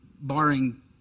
barring